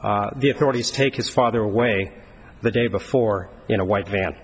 seeing the authorities take his father away the day before you know white van